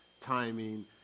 timing